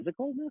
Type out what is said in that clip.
physicalness